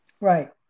Right